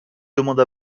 demande